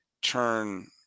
turn